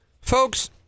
folks